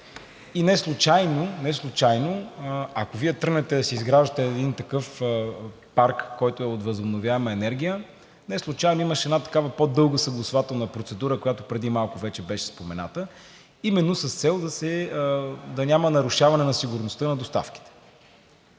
мрежа. Ако Вие тръгнете да си изграждате един такъв парк, който е от възобновяема енергия, неслучайно имаше една такава по-дълга съгласувателна процедура, която преди малко вече беше спомената, именно с цел да няма нарушаване на сигурността на доставките.